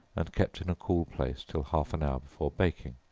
and kept in a cool place till half an hour before baking,